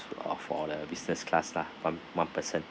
off for the business class lah one one person